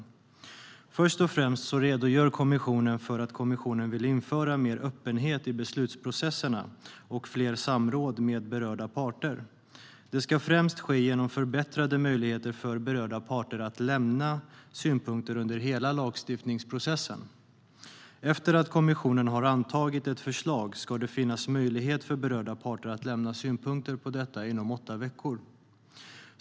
Först och främst redogör kommissionen för att kommissionen vill införa mer öppenhet i beslutsprocesserna och fler samråd med berörda parter. Det ska främst ske genom förbättrade möjligheter för berörda parter att lämna synpunkter under hela lagstiftningsprocessen. Efter att kommissionen har antagit ett förslag ska det finnas möjlighet för berörda parter att lämna synpunkter på detta inom åtta veckor.